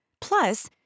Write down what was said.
Plus